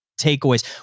takeaways